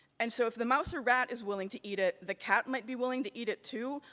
and so if the mouse or rat is willing to eat it the cat might be willing to eat it, too,